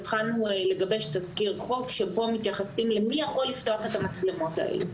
התחלנו לגבש תזכיר חוק שבו מתייחסים למי יכול לפתוח את המצלמות האלה.